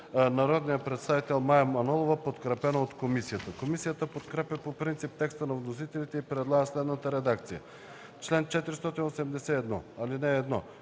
народния представител Мая Манолова, подкрепено от комисията. Комисията подкрепя по принцип текста на вносителите и предлага следната редакция на чл. 481: „Чл. 481.